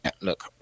look